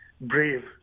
Brave